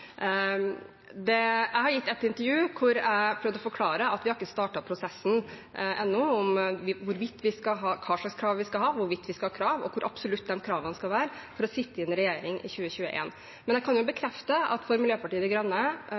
staten. Jeg har gitt et intervju hvor jeg prøvde å forklare at vi ennå ikke har startet prosessen om hva slags krav vi skal ha, hvorvidt vi skal ha krav, og hvor absolutte de kravene skal være for å sitte i en regjering i 2021. Men jeg kan bekrefte at for Miljøpartiet De Grønne